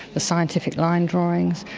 the scientific line drawings,